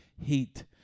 heat